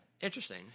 Interesting